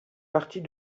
partie